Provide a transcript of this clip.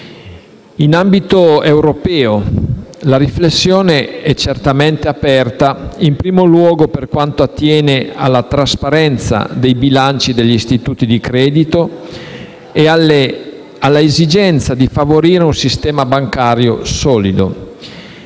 In ambito europeo la riflessione è certamente aperta, in primo luogo per quanto attiene alla trasparenza dei bilanci degli istituti di credito e all'esigenza di favorire un sistema bancario solido.